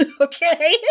Okay